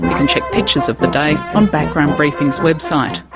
can check pictures of the day on background briefing's website.